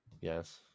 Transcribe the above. yes